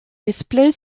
displays